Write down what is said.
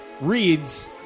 reads